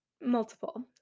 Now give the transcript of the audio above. multiple